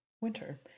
winter